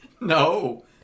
No